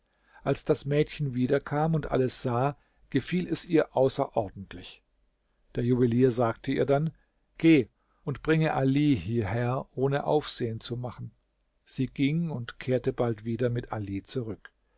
als das mädchen wiederkam und alles sah gefiel es ihr außerordentlich der juwelier sagte ihr dann geh und bringe ali hierher ohne aufsehen zu machen sie ging und kehrte bald wieder mit ali zurück